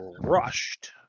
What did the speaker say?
rushed